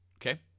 Okay